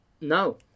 No